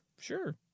Sure